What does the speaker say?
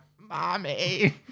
Mommy